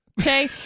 okay